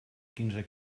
quinze